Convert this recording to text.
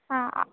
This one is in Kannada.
ಹಾಂ